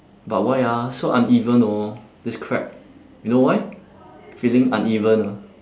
but why ah so uneven hor this crab you know why feeling uneven ah